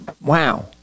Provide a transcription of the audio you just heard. Wow